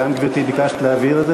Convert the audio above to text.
לאן, גברתי, ביקשת להעביר את זה?